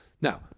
Now